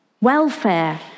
welfare